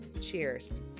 cheers